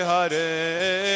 Hare